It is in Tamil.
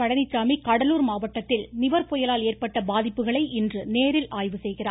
பழனிச்சாமி கடலூர் மாவட்டத்தில் நிவர் புயலால் ஏற்பட்ட பாதிப்புகளை இன்று நேரில் ஆய்வு செய்கிறார்